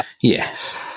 Yes